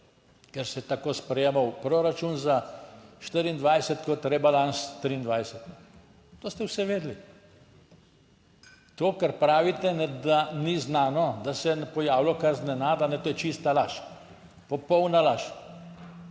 ker se je tako sprejemal proračun za 2024 kot rebalans 2023. To ste vse vedeli. To, kar pravite, da ni znano, da se je pojavilo kar iznenada, to je čista laž, popolna laž.